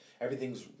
everything's